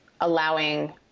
allowing